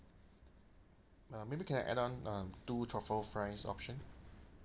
uh maybe can I add on um two truffle fries option